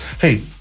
Hey